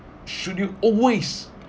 should you always